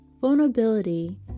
Vulnerability